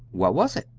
what was it?